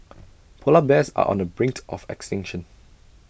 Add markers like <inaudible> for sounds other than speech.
<noise> Polar Bears are on the brink of extinction